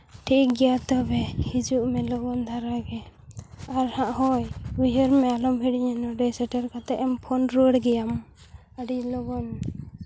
ᱴᱷᱤᱠ ᱜᱮᱭᱟ ᱛᱚᱵᱮ ᱦᱤᱡᱩᱜ ᱢᱮ ᱞᱚᱜᱚᱱ ᱫᱷᱟᱨᱟ ᱜᱮ ᱟᱨ ᱦᱟᱸᱜ ᱦᱳᱭ ᱩᱭᱦᱟᱹᱨ ᱢᱮ ᱟᱞᱚᱢ ᱦᱤᱲᱤᱧᱟ ᱱᱚᱸᱰᱮ ᱥᱮᱴᱮᱨ ᱠᱟᱛᱮᱫ ᱮᱢ ᱯᱷᱳᱱ ᱨᱩᱣᱟᱹᱲ ᱜᱮᱭᱟᱢ ᱟᱹᱰᱤ ᱞᱚᱜᱚᱱ